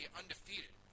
undefeated